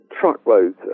truckloads